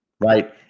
Right